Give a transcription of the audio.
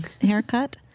haircut